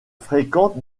fréquente